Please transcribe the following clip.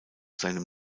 seinem